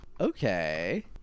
okay